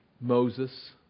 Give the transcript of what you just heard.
Moses